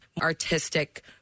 artistic